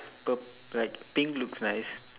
purp~ like pink looks nice